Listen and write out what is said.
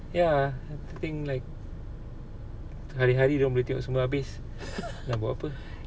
ya I think like hari-hari dia orang boleh tengok semua habis nak buat apa